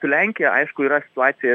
su lenkija aišku yra situacija